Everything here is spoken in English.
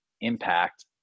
impact